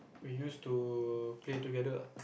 we used to play together